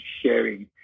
sharing